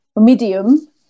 Medium